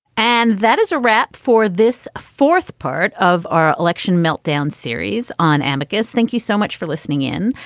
and that is a wrap for this fourth part of our election meltdown series on amicus. thank you so much for listening in.